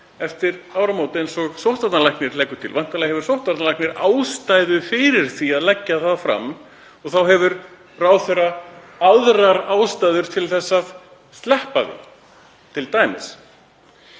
eftir áramót eins og sóttvarnalæknir leggur til? Væntanlega hefur sóttvarnalæknir ástæðu fyrir því að leggja það fram og þá hefur ráðherra aðrar ástæður til að sleppa því.